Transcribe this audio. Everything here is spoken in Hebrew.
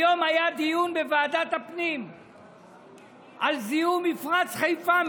היום היה דיון בוועדת הפנים על זיהום מפרץ חיפה.